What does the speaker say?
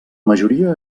majoria